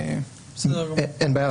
אין בעיה,